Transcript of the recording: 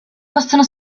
possono